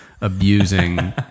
abusing